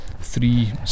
three